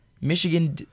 Michigan